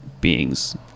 being's